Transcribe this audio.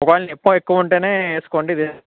ఒకవేళ నొప్పి ఎక్కువ ఉంటే వేసుకోండి ఏదన్న